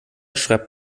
schreibt